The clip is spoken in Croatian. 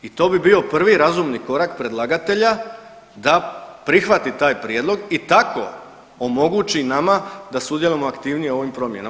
I to bi bio prvi razumni korak predlagatelja da prihvati taj prijedlog i tako omogući nama da sudjelujemo aktivnije u ovim promjenama.